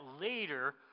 later